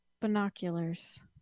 binoculars